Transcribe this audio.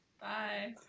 bye